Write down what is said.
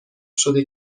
شده